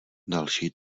další